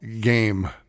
game